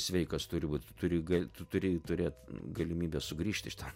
sveikas turi būt turi tu turi turėt galimybę sugrįžt iš ten